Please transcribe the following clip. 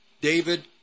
David